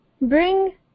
Bring